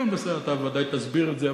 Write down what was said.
כן, אתה ודאי תסביר את זה.